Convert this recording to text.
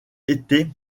été